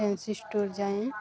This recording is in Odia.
ଷ୍ଟୋର୍ ଯାଏଁ